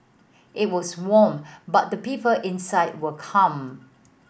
it was warm but the people inside were calm